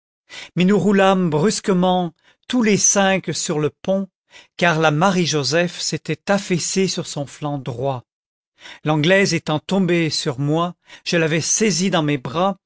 nous roulâmes brusquement tous les cinq sur le pont car le marie joseph s'était affaissé sur son flanc droit l'anglaise étant tombée sur moi je l'avais saisie dans mes bras